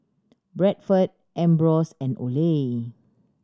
Bradford Ambros and Olay